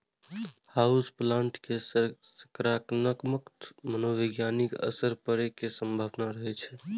house plant के सकारात्मक मनोवैज्ञानिक असर पड़ै के संभावना रहै छै